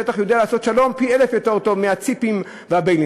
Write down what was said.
השטח יודע לעשות שלום פי-אלף יותר טוב מהציפים והביילינים.